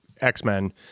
X-Men